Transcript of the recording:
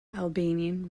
albanian